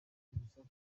urusaku